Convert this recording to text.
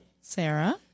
Sarah